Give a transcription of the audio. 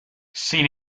sin